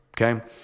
Okay